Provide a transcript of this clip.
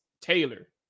taylor